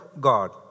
God